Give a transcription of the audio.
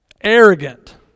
Arrogant